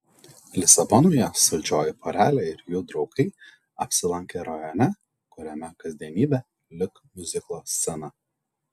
lisabonoje saldžioji porelė ir jų draugai apsilankė rajone kuriame kasdienybė lyg miuziklo scena